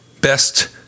best